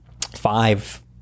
five